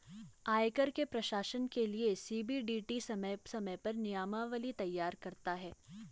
आयकर के प्रशासन के लिये सी.बी.डी.टी समय समय पर नियमावली तैयार करता है